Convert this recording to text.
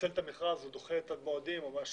פוסל את המכרז או דוחה את המועדים --- לא,